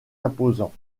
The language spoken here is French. imposant